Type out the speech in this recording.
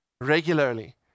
regularly